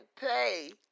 pay